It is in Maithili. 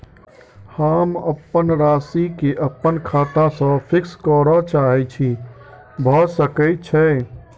हम अप्पन राशि केँ अप्पन खाता सँ फिक्स करऽ चाहै छी भऽ सकै छै?